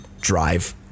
drive